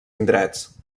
indrets